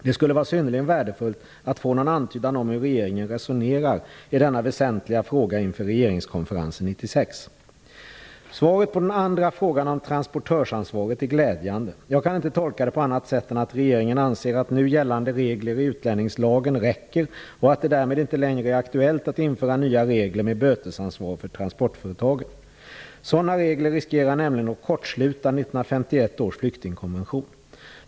Det skulle vara synnerligen värdefullt att få en antydan om hur regeringen resonerar i denna väsentliga fråga inför regeringskonferensen 1996. Svaret på den andra frågan, om transportörsansvaret, är glädjande. Jag kan inte tolka det på annat sätt än att regeringen anser att nu gällande regler i utlänningslagen räcker och att det därmed inte längre är aktuellt att införa nya regler med bötesansvar för transportföretagen. Sådana regler riskerar nämligen att kortsluta 1951 års flyktingkonvention.